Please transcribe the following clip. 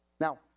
Now